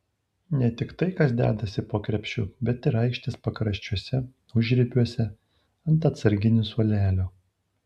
ne tik tai kas dedasi po krepšiu bet ir aikštės pakraščiuose užribiuose ant atsarginių suolelio